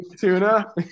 Tuna